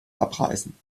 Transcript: abreißen